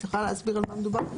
את יכולה להסביר על מה מדובר?